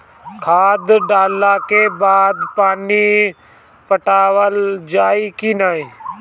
खाद डलला के बाद पानी पाटावाल जाई कि न?